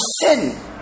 sin